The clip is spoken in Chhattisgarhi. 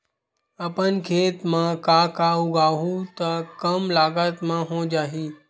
अपन खेत म का का उगांहु त कम लागत म हो जाही?